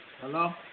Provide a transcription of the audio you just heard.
Hello